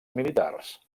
militars